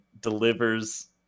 delivers